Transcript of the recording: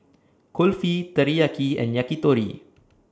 Kulfi Teriyaki and Yakitori